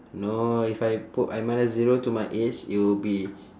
no if I put I minus zero to my age it will be